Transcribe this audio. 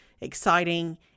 exciting